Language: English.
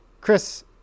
Chris